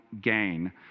gain